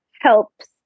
helps